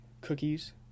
cookies